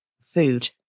food